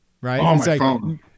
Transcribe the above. Right